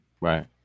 right